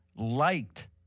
liked